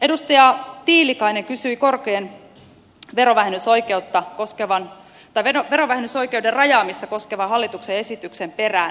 edustaja tiilikainen kysyi korkojen verovähennysoikeuden rajaamista koskevan hallituksen esityksen perään